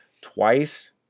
twice